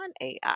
AI